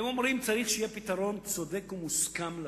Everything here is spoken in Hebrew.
הם אומרים שצריך שיהיה פתרון צודק ומוסכם לפליטים.